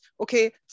Okay